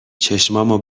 چشامو